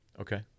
Okay